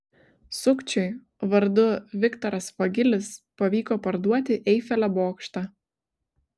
sukčiui vardu viktoras vagilis pavyko parduoti eifelio bokštą